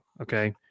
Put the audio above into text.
Okay